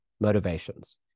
motivations